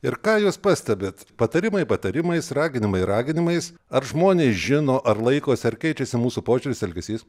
ir ką jūs pastebit patarimai patarimais raginimai raginimais ar žmonės žino ar laikosi ar keičiasi mūsų požiūris elgesys